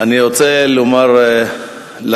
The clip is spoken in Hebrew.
אני רוצה לומר לכם,